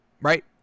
right